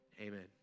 Amen